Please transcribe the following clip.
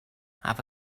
have